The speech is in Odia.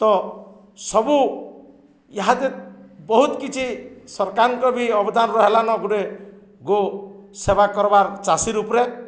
ତ ସବୁ ଏହା ଯେ ବହୁତ କିଛି ସରକାରଙ୍କ ବି ଅବଦାନ ରହଲାନ ଗୋଟେ ଗୋ ସେବା କର୍ବାର୍ ଚାଷୀ ରୂପରେ